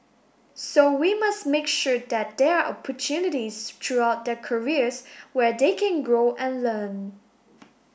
so we must make sure that there are opportunities throughout their careers where they can grow and learn